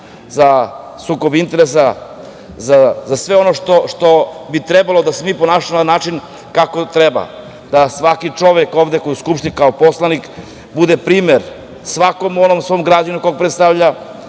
za sukob interesa i za sve što bi trebalo da se mi ponašamo na način kako treba da svaki čovek ovde koji je u Skupštini, kao poslanik, bude primer svakom građaninu kog predstavlja,